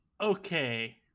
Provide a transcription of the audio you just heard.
okay